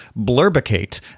Blurbicate